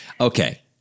Okay